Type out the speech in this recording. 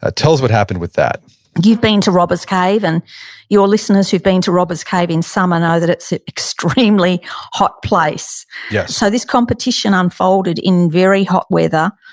ah tell us what happened with that you've been to robbers cave, and your listeners who've been robbers cave in summer know that it's a extremely hot place yes so this competition unfolded in very hot weather.